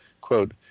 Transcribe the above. Quote